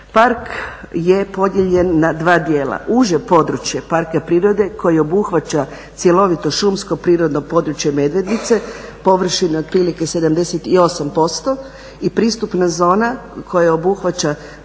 Park je podijeljen na dva djela, uže područje parka prirode koji obuhvaća cjelovito šumsko prirodno područje Medvednice, površine otprilike 78% i pristupna zona koja obuhvaća